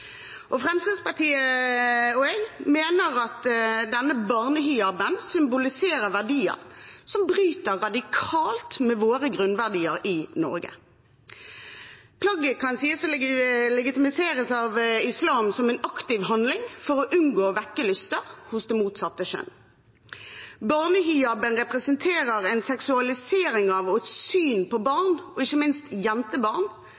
Fremskrittspartiet og jeg mener at denne barnehijaben symboliserer verdier som bryter radikalt med våre grunnverdier i Norge. Plagget kan man si at legitimeres av islam som en aktiv handling for å unngå å vekke lyster hos det motsatte kjønn. Barnehijaben representerer en seksualisering av og et syn på barn, ikke minst jentebarn,